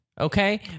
Okay